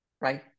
right